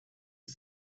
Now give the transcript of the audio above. was